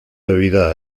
bebida